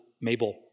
Mabel